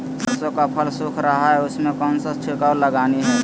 सरसो का फल सुख रहा है उसमें कौन सा छिड़काव लगानी है?